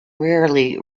rarely